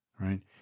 right